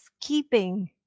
keeping